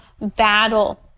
battle